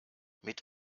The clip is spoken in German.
mit